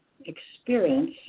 experience